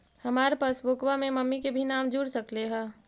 हमार पासबुकवा में मम्मी के भी नाम जुर सकलेहा?